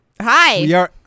Hi